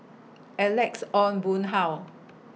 Alex Ong Boon Hau